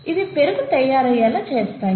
ఇవి పెరుగు తయారయ్యేలా చేస్తాయి